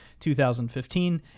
2015